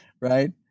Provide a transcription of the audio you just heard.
right